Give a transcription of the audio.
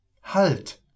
Halt